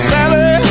Sally